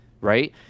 right